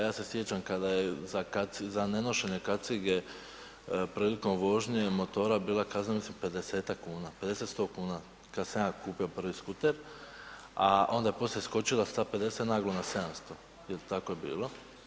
Ja se sjećam kada se za nenošenje kacige prilikom vožnje motora bila kazna mislim 50-tak kuna, 50, 100 kuna, kad sam ja kupio prvi skuter, a onda je poslije skočila sa 50 naglo na 700, jel tako je bilo.